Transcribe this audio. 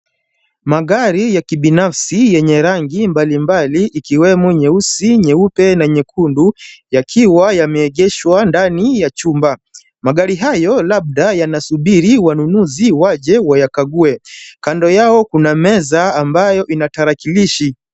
Magari ya kibinafsi yenye rangi mbalimbali ikiwemo nyeusi, nyeupe na nyekundu, yakiwa yameegeshwa ndani ya chumba. Magari hayo labda yanasubiri wanunuzi waje wayakague. Kando yao kuna meza ambayo ina tarakilishi.